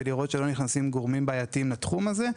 ולראות שלא נכנסים גורמים בעייתיים לתחום הזה,